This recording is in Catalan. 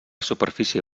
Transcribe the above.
superfície